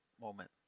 moment